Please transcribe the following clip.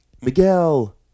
Miguel